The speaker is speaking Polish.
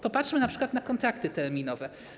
Popatrzmy np. na kontrakty terminowe.